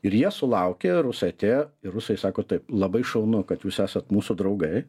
ir jie sulaukė rusai atėjo ir rusai sako taip labai šaunu kad jūs esat mūsų draugai